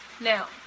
Now